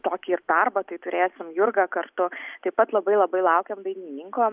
tokį ir darbą tai turėsim jurgą kartu taip pat labai labai laukiam dainininko